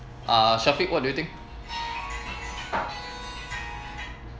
uh shaffiq what do you think